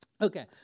Okay